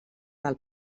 del